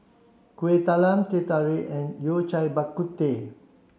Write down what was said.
Kuih Talam Teh Tarik and Yao Cai Bak Kut Teh